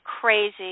crazy